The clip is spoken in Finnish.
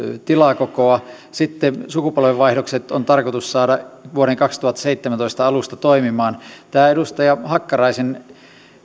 tilakokoa sitten sukupolvenvaihdokset on tarkoitus saada vuoden kaksituhattaseitsemäntoista alusta toimimaan edustaja hakkaraisen